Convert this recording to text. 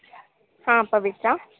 ಹಾಂ ಪವಿತ್ರಾ